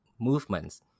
movements